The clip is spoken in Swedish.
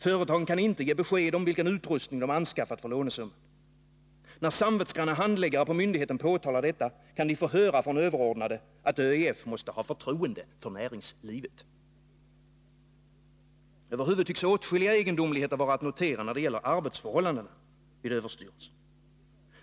Företagen kan inte ge besked om vilken utrustning de anskaffat för lånesumman. När samvetsgranna handläggare på myndigheten påtalar detta, kan'de få höra från överordnade, att ÖEF måste ha förtroende för näringslivet. Över huvud taget tycks åtskilliga egendomligheter vara att notera när det gäller arbetsförhållandena vid överstyrelsen.